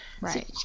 Right